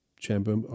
chamber